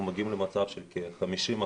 אנחנו מגיעים למצב שכ-50%,